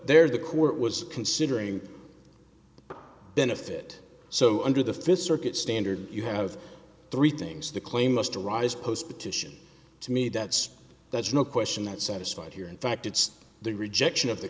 there's the court was considering benefit so under the fifth circuit standard you have three things the claim must arise post petition to me that's that's no question that satisfied here in fact it's the rejection of the